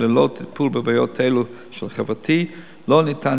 וללא טיפול בבעיות הללו לא יהיה ניתן